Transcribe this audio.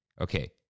Okay